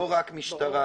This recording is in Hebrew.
לא רק משטרה.